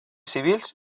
civils